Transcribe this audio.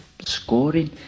scoring